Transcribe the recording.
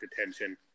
attention